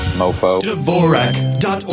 mofo